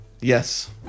Yes